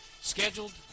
Scheduled